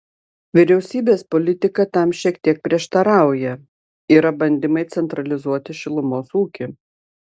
vyriausybės politika tam šiek tiek prieštarauja yra bandymai centralizuoti šilumos ūkį